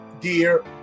Dear